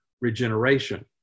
regeneration